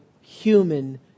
human